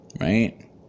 right